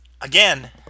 again